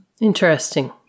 Interesting